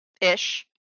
ish